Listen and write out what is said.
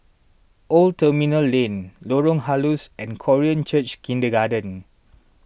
Old Terminal Lane Lorong Halus and Korean Church Kindergarten